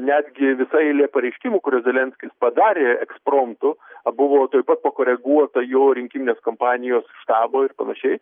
netgi visa eilė pareiškimų kurių zelenskis padarė ekspromtu buvo tuoj pat pakoreguota jo rinkiminės kampanijos štabo ir panašiai